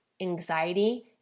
anxiety